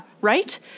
Right